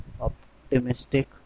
Optimistic